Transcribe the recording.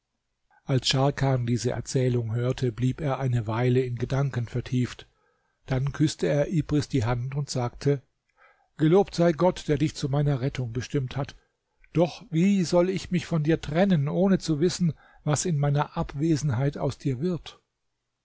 als scharkan diese erzählung hörte blieb er eine weile in gedanken vertieft dann küßte er ibris die hand und sagte gelobt sei gott der dich zu meiner rettung bestimmt hat doch wie soll ich mich von dir trennen ohne zu wissen was in meiner abwesenheit aus dir wird